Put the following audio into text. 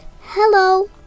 Hello